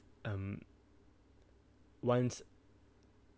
um ones